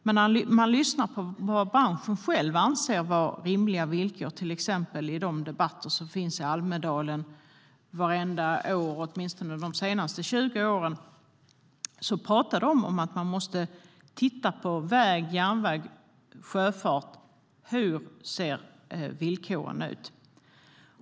Men när man lyssnar på vad branschen själv anser vara rimliga villkor - till exempel i de debatter som har hållits i Almedalen vartenda år åtminstone de senaste 20 åren - hör man att de pratar om att man måste titta på hur villkoren ser ut för väg, järnväg och sjöfart.